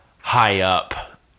high-up